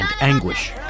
anguish